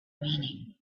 meaning